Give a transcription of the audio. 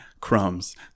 crumbs